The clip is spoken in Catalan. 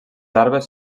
larves